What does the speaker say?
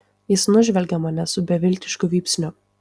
jis nužvelgė mane su beviltišku vypsniu